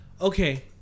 okay